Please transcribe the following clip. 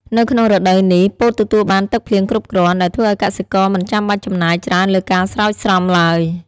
នៅក្នុងរដូវនេះ ពោតទទួលបាន ទឹកភ្លៀងគ្រប់គ្រាន់ ដែលធ្វើឱ្យកសិករមិនចាំបាច់ចំណាយច្រើនលើការស្រោចស្រពឡើយ។